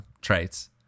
traits